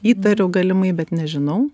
įtariau galimai bet nežinau